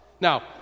Now